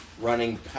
running